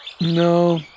No